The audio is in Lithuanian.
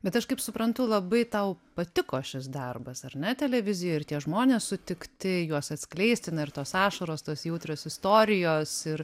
bet aš kaip suprantu labai tau patiko šis darbas ar ne televizijoj ir tie žmonės sutikti juos atskleisti na ir tos ašaros tos jautrios istorijos ir